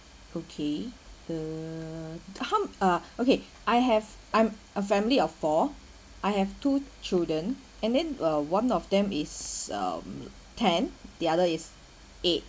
okay err how ah okay I have I'm a family of four I have two children and then uh one of them is um ten the other is eight